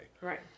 Right